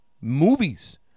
movies